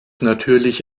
natürlich